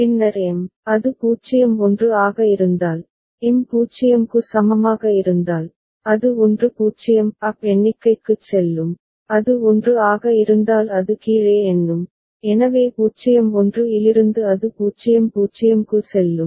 பின்னர் எம் அது 0 1 ஆக இருந்தால் எம் 0 க்கு சமமாக இருந்தால் அது 1 0 அப் எண்ணிக்கைக்குச் செல்லும் அது 1 ஆக இருந்தால் அது கீழே எண்ணும் எனவே 0 1 இலிருந்து அது 0 0 க்கு செல்லும்